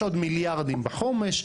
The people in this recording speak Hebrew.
יש עוד מיליארדים בחומש,